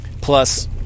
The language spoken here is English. plus